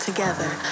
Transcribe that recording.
Together